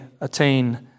attain